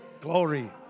Glory